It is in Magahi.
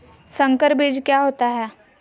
संकर बीज क्या होता है?